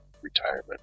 Retirement